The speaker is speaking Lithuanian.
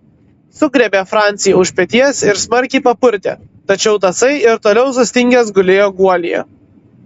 sugriebė francį už peties ir smarkiai papurtė tačiau tasai ir toliau sustingęs gulėjo guolyje